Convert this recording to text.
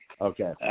Okay